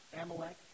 Amalek